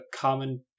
common